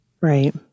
right